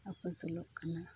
ᱟᱯᱟᱥᱩᱞᱚᱜ ᱠᱟᱱᱟ